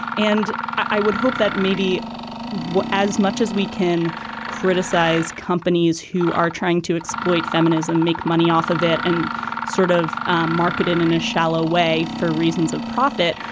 and i would hope that maybe well, as much as we can criticize companies who are trying to exploit feminism, make money off of it, and sort of ah market it in a shallow way for reasons of profit,